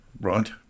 Right